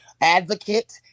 advocate